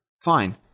Fine